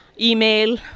email